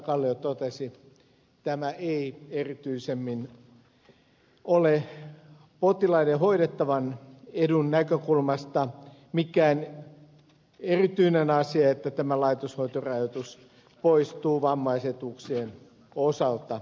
kallio totesi tämä ei erityisemmin ole potilaiden ja hoidettavan edun näkökulmasta mikään erityinen asia että tämä laitoshoitorajoitus poistuu vammaisetuuksien osalta